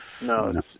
No